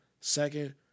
Second